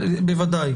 בוודאי.